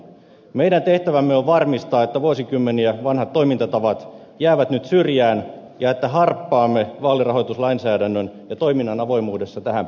meidän tehtävänämme on varmistaa että vuosikymmeniä vanhat toimintatavat jäävät nyt syrjään ja että harppaamme vaalirahoituslainsäädännön ja toiminnan avoimuudessa tähän päivään